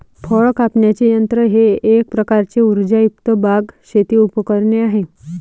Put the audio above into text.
फळ कापण्याचे यंत्र हे एक प्रकारचे उर्जायुक्त बाग, शेती उपकरणे आहे